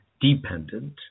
dependent